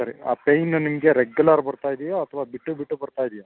ಸರಿ ಆ ಪೇಯ್ನ್ ನಿಮಗೆ ರೆಗ್ಯುಲರ್ ಬರ್ತಾ ಇದೆಯಾ ಅಥವಾ ಬಿಟ್ಟು ಬಿಟ್ಟು ಬರ್ತಾ ಇದೆಯಾ